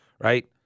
right